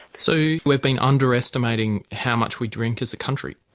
so we've been underestimating how much we drink as a country?